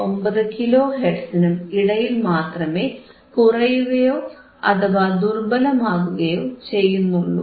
59 kilo ഹെർട്സിനും ഇടയിൽ മാത്രമേ കുറയുകയോ അഥവാ ദുർബലമാകുകയോ ചെയ്യുന്നുള്ളൂ